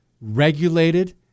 regulated